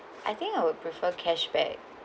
I think I would prefer cash back